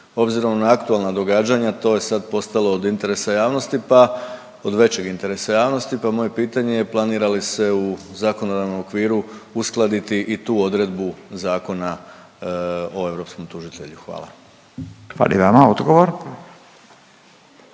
Obzirom na aktualna događanja to je sad postalo od interesa javnosti, od većeg interesa javnosti, pa moje pitanje je planira li se u zakonodavnom okviru uskladiti i tu odredbu Zakona o europskom tužitelju. Hvala. **Radin, Furio